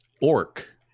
orc